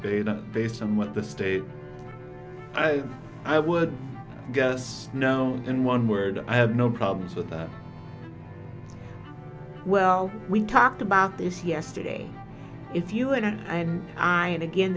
pedo based on what the state i would guess no and one word i have no problems with well we talked about this yesterday if you and i and i and again